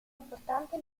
importante